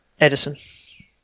Edison